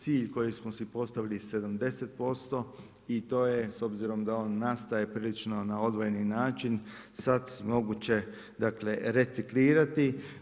Cilj koji smo si postavili 70% i to je s obzirom da on nastaje prilično na odvojeni način, sad je moguće reciklirati.